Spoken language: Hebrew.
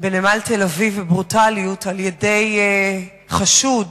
בנמל תל-אביב בברוטליות על-ידי החשוד,